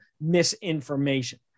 misinformation